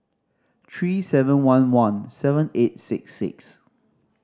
three seven one one seven eight six six